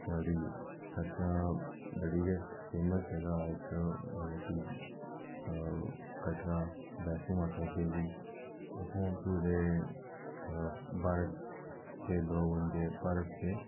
साढ़ी सारें शा बड़ी गै फेमस जगह् ऐ इक मतलब कि कटरा बैश्णो माता देवी उत्थैं पूरे भारत दे लोक औंदे भारत दे